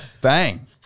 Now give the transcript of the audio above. Bang